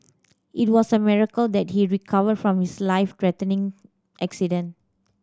it was a miracle that he recovered from his life threatening accident